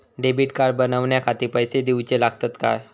Debit card बनवण्याखाती पैसे दिऊचे लागतात काय?